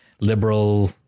liberal